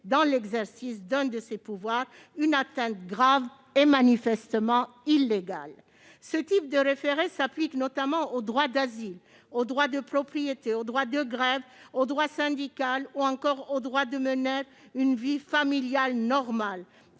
dans l'exercice d'un de ses pouvoirs, une atteinte grave et manifestement illégale ». Ce type de référé s'applique notamment au droit d'asile, au droit de propriété, au droit de grève, au droit syndical, ou encore au droit de mener une vie familiale normale,